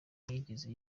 ntiyigeze